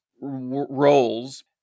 roles